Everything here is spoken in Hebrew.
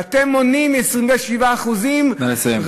ואתם מונעים מ-27% נא לסיים.